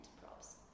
props